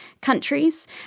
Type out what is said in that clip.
countries